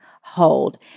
hold